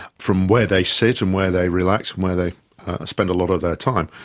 from where they sit and where they relax, from where they spend a lot of their time,